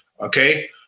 okay